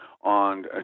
on